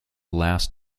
last